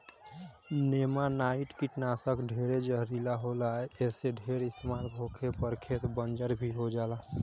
नेमानाइट कीटनाशक ढेरे जहरीला होला ऐसे ढेर इस्तमाल होखे पर खेत बंजर भी हो जाला